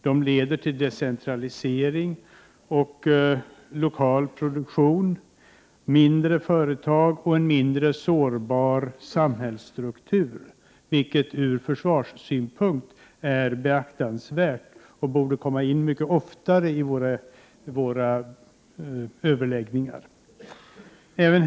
De leder till decentralisering, lokal produktion, mindre företag och en mindre sårbar samhällsstruktur, vilket är beaktansvärt från försvarssynpunkt och mycket oftare borde 9 komma in i våra överläggningar.